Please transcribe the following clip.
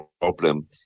problem